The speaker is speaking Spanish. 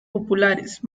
populares